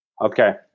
Okay